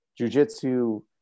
jujitsu